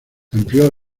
amplió